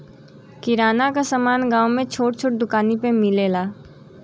किराना क समान गांव में छोट छोट दुकानी पे मिलेला